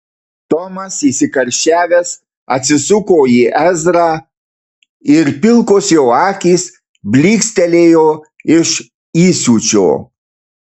tomas įsikarščiavęs atsisuko į ezrą ir pilkos jo akys blykstelėjo iš įsiūčio